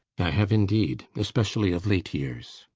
i have indeed especially of late years.